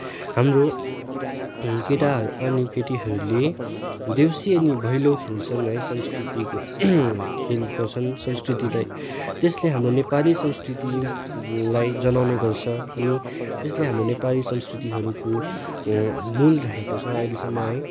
हाम्रो केटा अनि केटिहरूले देउसी अनि भैलो खेल्छन् है संस्कृतिक खेल गर्छन् संस्कृतिलाई त्यसले हाम्रो नेपाली संस्कृतिलाई जनाउँने गर्छ अनि त्यसले हाम्रो नेपाली संस्कृतिहरूको मूल रहेको छ अहिलेसम्म है